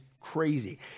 crazy